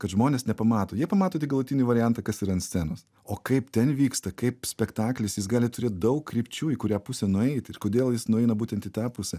kad žmonės nepamato jie pamato tik galutinį variantą kas yra ant scenos o kaip ten vyksta kaip spektaklis jis gali turėt daug krypčių į kurią pusę nueit ir kodėl jis nueina būtent į tą pusę